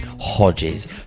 Hodges